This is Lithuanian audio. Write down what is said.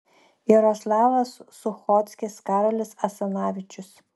jaroslavas suchockis karolis asanavičius